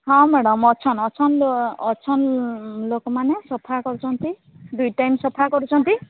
ହଁ ମ୍ୟାଡମ୍ ଅଛନ୍ତି ଅଛନ୍ତି ଅଛନ୍ତି ଲୋକମାନେ ସଫା କରୁଛନ୍ତି ଦୁଇ ଟାଇମ୍ ସଫା କରୁଛନ୍ତି